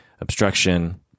obstruction